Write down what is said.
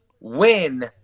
win